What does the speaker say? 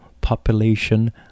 population